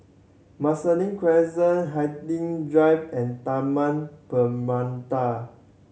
Marsiling Crescent Hindhede Drive and Taman Permata